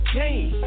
game